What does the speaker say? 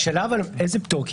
השאלה איזה פטור.